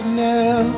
now